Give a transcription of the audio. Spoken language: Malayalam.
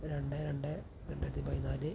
രണ്ട് രണ്ട് രണ്ടായിരത്തി പതിനാല്